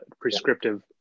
prescriptive